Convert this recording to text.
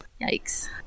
Yikes